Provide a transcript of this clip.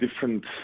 different